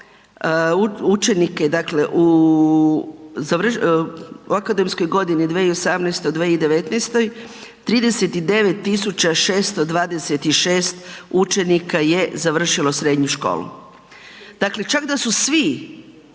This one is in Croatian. dakle, u akademskoj godini 2018./2019., 39 626 učenika je završilo srednju školu. Dakle, čak da su svi